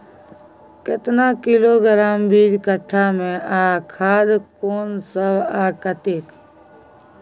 केतना किलोग्राम बीज कट्ठा मे आ खाद कोन सब आ कतेक?